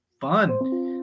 fun